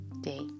day